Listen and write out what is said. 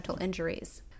injuries